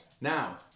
Now